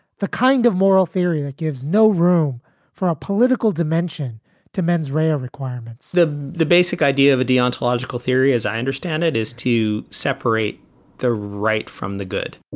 the kind of moral theory that gives no room for a political dimension to mens rea requirements the the basic idea of a deontological theory, as i understand it, is to separate the right from the good.